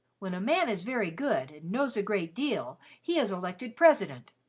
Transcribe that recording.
when a man is very good and knows a great deal, he is elected president.